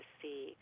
see